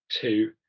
two